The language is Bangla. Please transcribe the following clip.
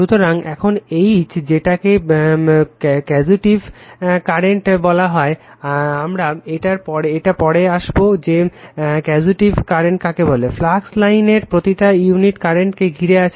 সুতরাং এখন H যেটাকে কসেটিভ কারেন্ট বলা হয় আমরা এটায় পরে আসবে যে কসেটিভ কারেন্ট কাকে বলে ফ্লাক্স লাইনের প্রতিটা ইউনিট কারেন্টকে ঘিরে আছে